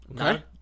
Okay